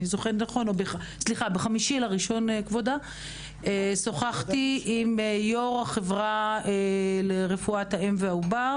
ב-5 לינואר עם יושב-ראש החברה לרפואת האם והעובר,